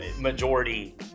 majority